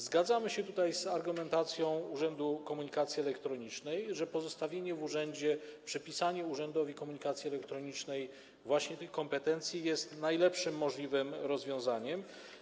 Zgadzamy się z argumentacją Urzędu Komunikacji Elektronicznej, że pozostawienie w urzędzie, przypisanie Urzędowi Komunikacji Elektronicznej tych kompetencji jest najlepszym możliwym rozwiązaniem.